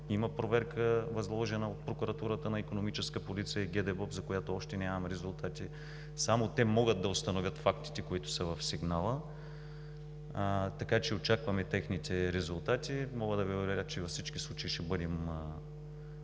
Има възложена проверка от Прокуратурата на Икономическа полиция и ГДБОП, за която още нямам резултати. Само те могат да установят фактите, които са в сигнала. Очакваме техните резултати. Мога да Ви уверя, че във всички случаи ще бъдем